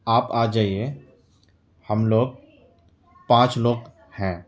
آپ آ جائیے ہم لوگ پانچ لوگ ہیں